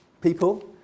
people